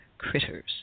critters